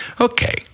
Okay